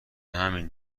همین